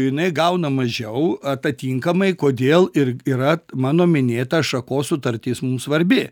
jinai gauna mažiau atatinkamai kodėl ir yra mano minėta šakos sutartis mum svarbi